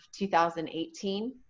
2018